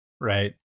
Right